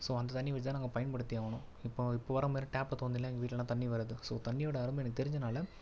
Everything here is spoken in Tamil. ஸோ அந்த தண்ணியை வச்சு தான் நாங்கள் பயன்படுத்தி ஆகணும் இப்போ இப்போ வர மாதிரி டேப்பை திறந்துலாம் எங்கள் வீட்டுலலாம் தண்ணி வராது ஸோ தண்ணியோடய அருமை எனக்கு தெரிஞ்சதுனால்